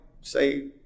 say